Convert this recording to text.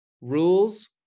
Rules